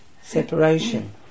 separation